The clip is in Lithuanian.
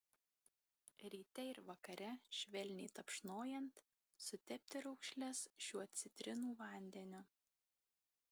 ryte ir vakare švelniai tapšnojant sutepti raukšles šiuo citrinų vandeniu